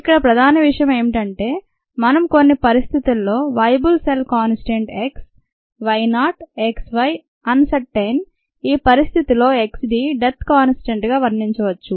ఇక్కడ ప్రధాన విషయం ఏమిటంటే మనం కొన్ని పరిస్థితుల్లో viable cell constant x y not x y uncertain ఆ పరిస్థితి లో k d డెత్ కాన్స్టెంట్ గా వర్ణించవచ్చు